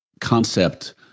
concept